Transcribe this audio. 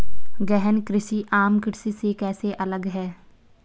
गहन कृषि आम कृषि से कैसे अलग है?